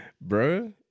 Bro